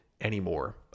anymore